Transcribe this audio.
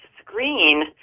screen